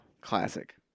Classic